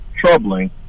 troubling